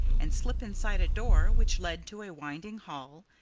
and slip inside a door which led to a winding hall,